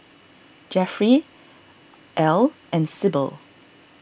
Jeffry Al and Sybil